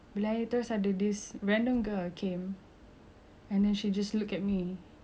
and then she just looked at me and I remember her face I remember her name until now